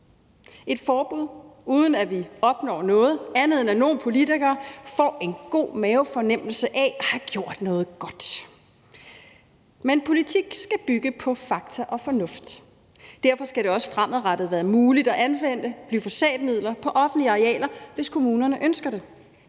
et forbud, uden at vi opnår noget, andet end at nogle politikere får en god mavefornemmelse af at have gjort noget godt. Men politik skal bygge på fakta og fornuft. Derfor skal det også fremadrettet være muligt at anvende glyfosatmidler på offentlige arealer, hvis kommunerne ønsker det,